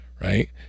Right